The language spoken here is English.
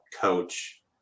coach